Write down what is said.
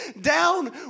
down